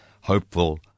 hopeful